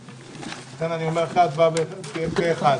הצבעה אושר ההצעה אושרה פה אחד.